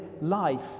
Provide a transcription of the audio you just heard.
life